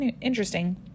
interesting